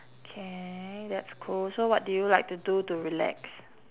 okay that's cool so what do you like to do to relax